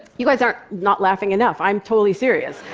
you guys are not laughing enough. i'm totally serious.